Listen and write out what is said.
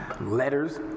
letters